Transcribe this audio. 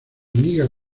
nigel